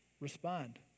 Respond